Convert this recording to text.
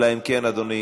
אלא אם כן אדוני,